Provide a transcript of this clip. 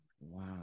wow